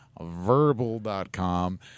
Verbal.com